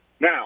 Now